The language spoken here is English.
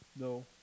no